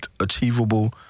achievable